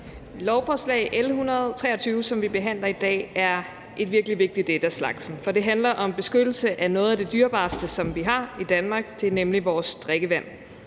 Lovforslag L 123, som vi behandler dag, er et virkelig vigtigt et af slagsen, for det handler om beskyttelse af noget af det dyrebareste, som vi har i Danmark. Det er nemlig vores drikkevand.